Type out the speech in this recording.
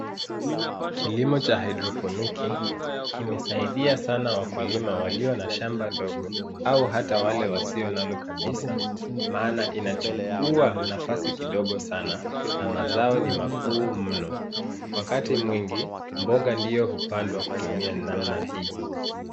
Kilimo cha haidroponiki kimesaidia sana wakulima walio na shamba dogo au hata wale wasio nalo kabisa, maana inachukua nafasi kidogo sana na mazao ni makuu mno. Wakati mwingi, mboga ndiyo hupandwa kutumia namna hii.